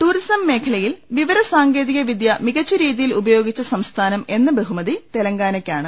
tourism മേഖലയിൽ വിവര സാങ്കേതിക വിദ്യ മികച്ച രീതിയിൽ ഉപയോഗിച്ചു സംസ്ഥാനം എന്ന ബഹുമതി തെലങ്കാനയ്ക്കാണ്